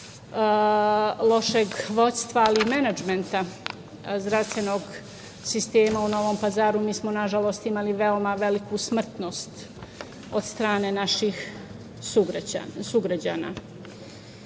lošeg vodstva, ali i menadžmenta zdravstvenog sistema u Novom Pazaru, mi smo nažalost imali veoma veliku smrtnost od strane naših sugrađana. Ono